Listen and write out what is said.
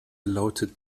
lautet